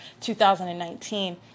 2019